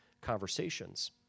conversations